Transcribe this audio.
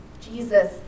Jesus